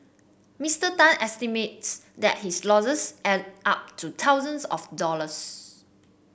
Mister Tan estimates that his losses add up to thousands of dollars